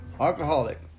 alcoholic